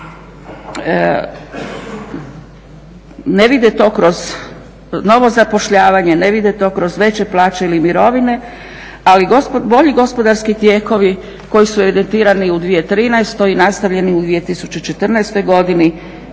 ne vide to kroz novo zapošljavanje, ne vide to kroz veće plaće ili mirovine, ali bolji gospodarski tijekovi koji su evidentirani u 2013. i nastavljeni u 2014. godini